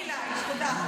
אל תפני אליי, תודה.